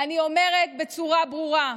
אני אומרת בצורה ברורה,